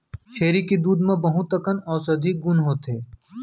छेरी के दूद म बहुत अकन औसधी गुन होथे